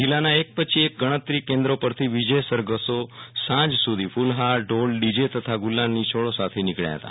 જિલ્લાના એક પછી એક ગણતરી કેન્દ્રો પરથી વિજય સરઘસો સાંજ સુધી ફૂલહાર ઢોલ ડીજે તથા ગુલાબની છોડો સાથે નિકળ્યા હતા